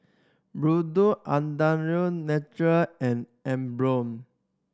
Natural and Emborg